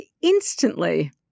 instantly